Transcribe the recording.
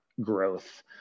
growth